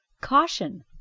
Caution